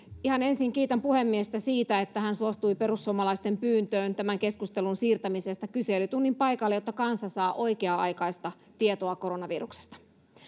ihan ensin kiitän puhemiestä siitä että hän suostui perussuomalaisten pyyntöön tämän keskustelun siirtämisestä kyselytunnin paikalle jotta kansa saa oikea aikaista tietoa koronaviruksesta